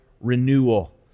renewal